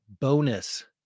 bonus